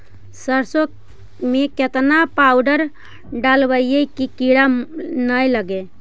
सरसों में केतना पाउडर डालबइ कि किड़ा न लगे?